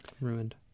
Ruined